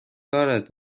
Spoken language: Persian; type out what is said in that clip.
دارد